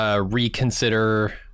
Reconsider